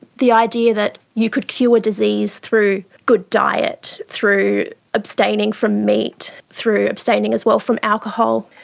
the idea that you could cure disease through good diet, through abstaining from meat, through abstaining as well from alcohol,